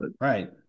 right